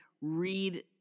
read